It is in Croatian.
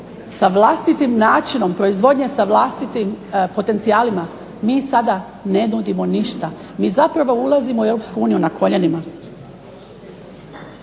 sa vlastitim načinom proizvodnje, sa vlastitim potencijalima. Mi sada ne nudimo ništa, mi zapravo ulazimo u Europsku uniju